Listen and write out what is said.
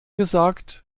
gesagt